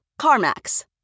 CarMax